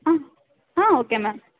okay ma'am